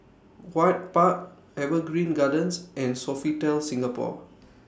Ewart Park Evergreen Gardens and Sofitel Singapore